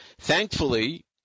Thankfully